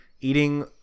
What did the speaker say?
eating